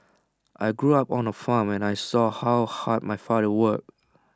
I grew up on A farm and I saw how hard my father worked